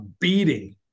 beating